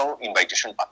invitation